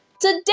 today